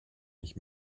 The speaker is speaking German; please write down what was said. ich